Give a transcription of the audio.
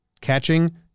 Catching